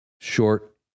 short